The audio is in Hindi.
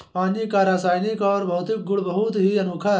पानी का रासायनिक और भौतिक गुण बहुत ही अनोखा है